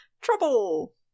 Trouble